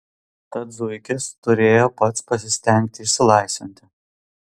tad zuikis turėjo pats pasistengti išsilaisvinti